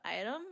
item